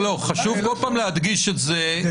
צריך להדגיש את זה, כי